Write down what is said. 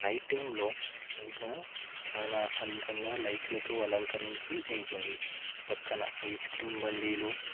night టైంలో ఇంకా చాలా అందంగా లైట్లతో అలంకరించి ఉంటుంది పక్కన ఐస్ క్రీమ్ బండీలు